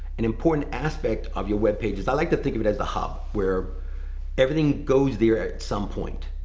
an important aspect of your web page is, i like to think of it as the hub where everything goes there at some point.